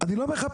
אני לא מחפש.